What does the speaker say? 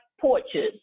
porches